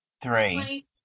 three